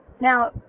Now